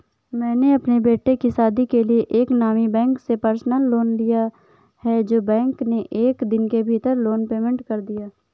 मैंने अपने बेटे की शादी के लिए एक नामी बैंक से पर्सनल लोन लिया है जो बैंक ने एक दिन के भीतर लोन पेमेंट कर दिया